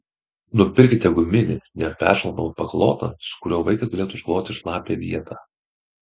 nupirkite guminį neperšlampamą paklotą su kuriuo vaikas galėtų užkloti šlapią vietą